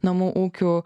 namų ūkių